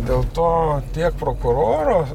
dėl to tiek prokuroro